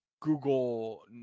Google